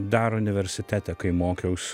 daro universitete kai mokiaus